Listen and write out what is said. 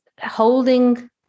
holding